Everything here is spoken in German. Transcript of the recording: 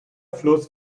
fluss